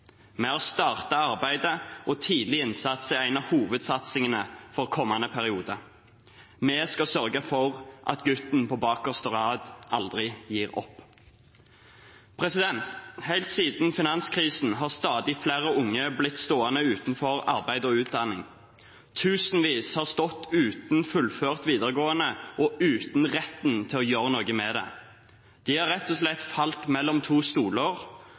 arbeidet, og tidlig innsats er en av hovedsatsingene for kommende periode. Vi skal sørge for at gutten på bakerste rad aldri gir opp. Helt side finanskrisen har stadig flere unge blitt stående utenfor arbeid og utdanning. Tusenvis har stått uten fullført videregående og uten retten til å gjøre noe med det. De har rett og slett falt mellom to stoler